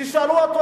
ישאלו אותו,